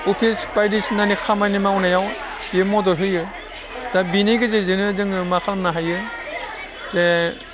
office बायदिसिनानि खामानि मावनायाव बेयो मदद होयो दा बेनि गेजेरजोंनो जोङो मा खालामनो हायो जे